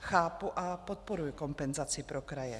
Chápu a podporuji kompenzaci pro kraje.